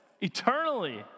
eternally